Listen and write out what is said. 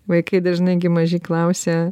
vaikai dažnai gi maži klausia